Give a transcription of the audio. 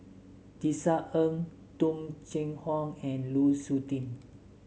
Tisa Ng Tung Chye Hong and Lu Suitin